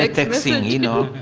like texting, and you know.